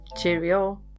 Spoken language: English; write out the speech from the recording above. Cheerio